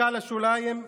הדחקה לשוליים,